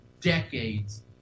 decades